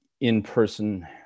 in-person